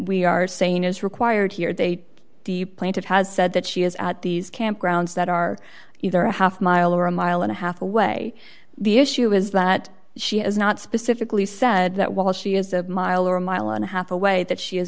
we are saying is required here date the plaintiff has said that she has at these campgrounds that are either a half mile or a mile and a half away the issue is that she is not specifically said that while she is a mile or a mile and a half away that she is